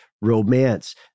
romance